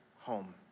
home